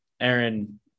Aaron